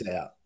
out